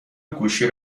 گوشی